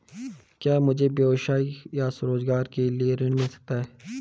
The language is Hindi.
क्या मुझे व्यवसाय या स्वरोज़गार के लिए ऋण मिल सकता है?